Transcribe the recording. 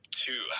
two